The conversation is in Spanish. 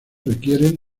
requieren